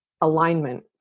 alignment